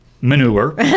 manure